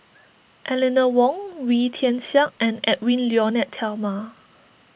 Eleanor Wong Wee Tian Siak and Edwy Lyonet Talma